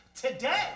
today